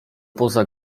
poza